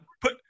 put